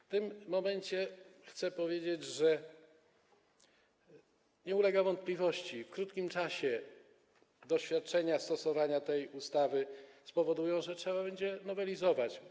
W tym momencie chcę powiedzieć, że nie ulega wątpliwości, iż w krótkim czasie doświadczenia wynikające ze stosowania tej ustawy spowodują, że trzeba będzie ją nowelizować.